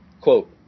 quote